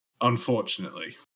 Unfortunately